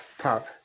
pop